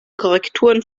korrekturen